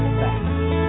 back